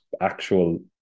actual